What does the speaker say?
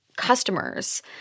customers